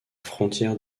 frontière